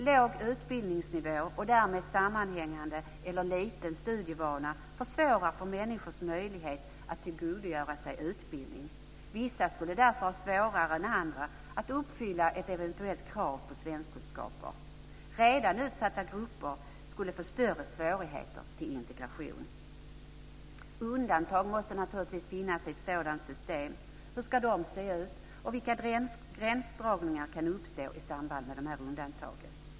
Låg utbildningsnivå och därmed sammanhängande liten studievana försvårar människors möjlighet att tillgodogöra sig utbildning. Vissa skulle därför ha svårare än andra att uppfylla ett eventuellt krav på svenskkunskaper. Redan utsatta grupper skulle få större svårigheter att integreras. Undantag måste naturligtvis finnas i ett sådant system. Hur ska de se ut, och vilka gränsdragningsproblem kan uppstå i samband med dessa undantag?